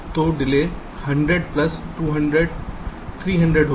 तो delay 100 plus 200 300 होगी